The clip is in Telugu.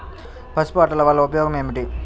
పసుపు అట్టలు వలన ఉపయోగం ఏమిటి?